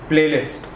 Playlist